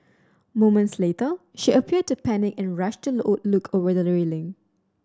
moments later she appeared to panic and rushed to look over the railing